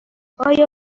آیا